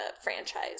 franchise